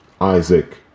Isaac